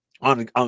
on